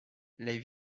les